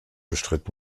bestritt